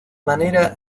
manera